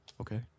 Okay